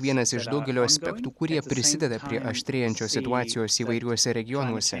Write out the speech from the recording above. vienas iš daugelio aspektų kurie prisideda prie aštrėjančios situacijos įvairiuose regionuose